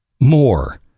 more